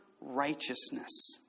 righteousness